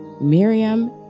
Miriam